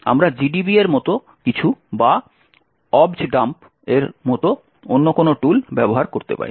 আমরা GDB এর মত কিছু বা OBJDUMP এর মত অন্য কোনও টুল ব্যবহার করতে পারি